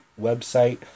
website